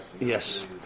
Yes